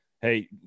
Hey